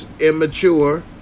immature